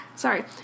Sorry